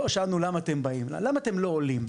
לא שאלנו למה אתם באים, אלא למה אתם לא עולים.